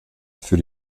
für